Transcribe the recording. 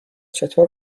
چطور